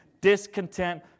discontent